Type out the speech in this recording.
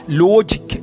logic